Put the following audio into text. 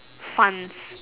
funs